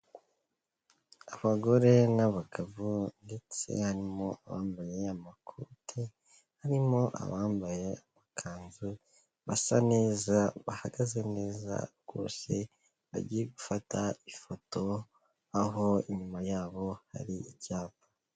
Abagore n'abagabo ndetse harimo abambaye amakoti harimo abambaye amakanzu basa neza bahagaze neza rwose bagiye gufata ifoto aho inyuma yabo hari icyapa.